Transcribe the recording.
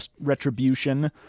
retribution